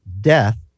death